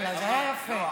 בסך הכול,